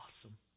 awesome